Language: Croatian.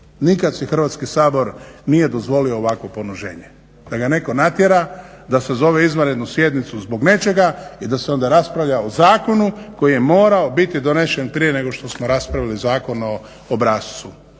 Nikad si Hrvatski sabor nije dozvolio ovakvo poniženje, da ga netko natjera da sazove izvanrednu sjednicu zbog nečega i da se onda raspravlja o zakonu koji je morao biti donesen prije nego što smo raspravili Zakon o obrascu.